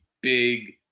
big